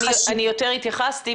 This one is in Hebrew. אני יותר התייחסתי,